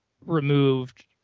removed